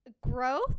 Growth